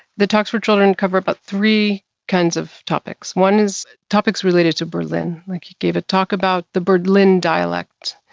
the talks for children cover about three kinds of topics. one is topics related to berlin. like he gave a talk about the berlin dialect,